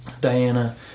Diana